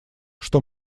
что